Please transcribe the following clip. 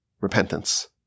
repentance